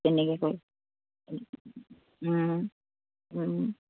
তেনেকে কৰি